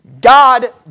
God